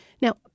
Now